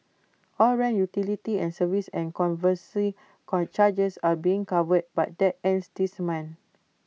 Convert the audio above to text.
all rent utility and service and conservancy charges are being covered but that ends this month